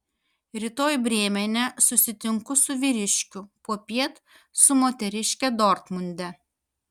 rytoj brėmene susitinku su vyriškiu popiet su moteriške dortmunde